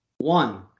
One